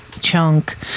chunk